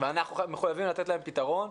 ואנחנו מחויבים לתת להם פתרון.